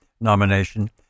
nomination